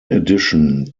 addition